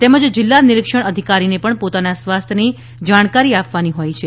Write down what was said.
તેમજ જીલ્લા નિરીક્ષણ અધિકારીને પણ પોતાના સ્વાસ્થયની જાણકારી આપવાની હોય છે